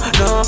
no